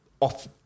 off